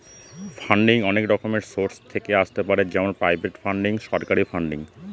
funding অনেক রকমের source থেকে আসতে পারে যেমন প্রাইভেট ফান্ডিং, সরকারি ফান্ডিং